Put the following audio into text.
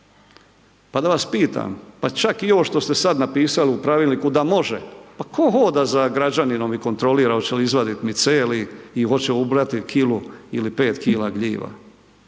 Pa da vas pitam pa čak i ovo što ste sad napisali u pravilniku da može, pa tko hoda za građaninom i kontrolira hoće li izvadit micelij i hoće ubrati kilu ili 5 kila gljiva.